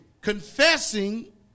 Confessing